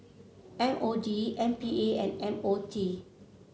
M O D M P A and M O T